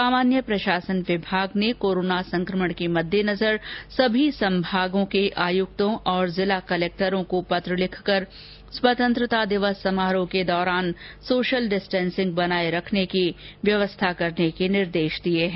सामान्य प्रशासन विभाग ने कोरोना संक्रमण के फैलाव को ध्यान में रखते सभी संभाग के आयक्तों और जिला कलेक्टरों को पत्र लिखकर स्वतंत्रता दिवस समारोह के दौरान सोशल डिस्टेन्सिंग बनाए रखने की व्यवस्था करने के निर्देश दिये हैं